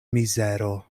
mizero